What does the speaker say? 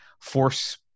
force